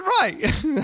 right